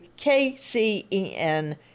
KCEN